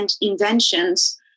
inventions